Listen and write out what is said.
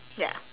ya